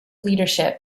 leadership